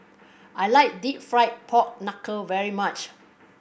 I like Deep Fried Pork Knuckle very much